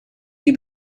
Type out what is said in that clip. die